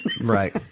Right